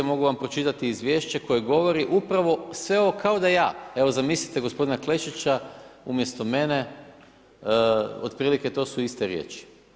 Mogu vam pročitati izvješće koje govori upravo sve ovo kao da ja, evo zamislite gospodina Klešića umjesto mene, otprilike to su iste riječi.